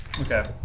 Okay